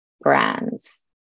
brands